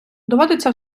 доводиться